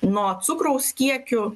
nuo cukraus kiekių